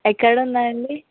ఎక్కడ ఉందండి